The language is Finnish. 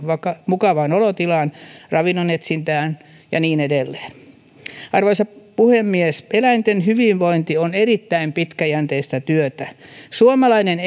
mukavaan olotilaan ravinnon etsintään ja niin edelleen arvoisa puhemies eläinten hyvinvointi vaatii erittäin pitkäjänteistä työtä suomalainen